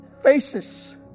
Faces